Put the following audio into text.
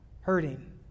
hurting